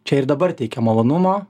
čia ir dabar teikia malonumo